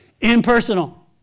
impersonal